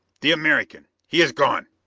the american he is gone!